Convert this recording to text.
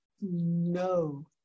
No